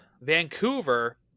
Vancouver